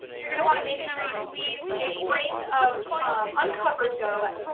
you're gonna want to make sure you leave a ring of of uncovered dough,